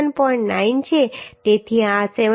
9 છે તેથી આ 74